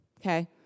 okay